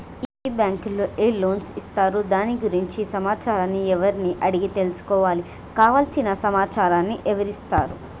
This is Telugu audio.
ఈ బ్యాంకులో ఏ లోన్స్ ఇస్తారు దాని గురించి సమాచారాన్ని ఎవరిని అడిగి తెలుసుకోవాలి? కావలసిన సమాచారాన్ని ఎవరిస్తారు?